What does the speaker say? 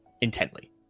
intently